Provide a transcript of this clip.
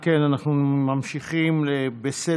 אם כן, אנחנו ממשיכים בסדר-היום,